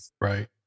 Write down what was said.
right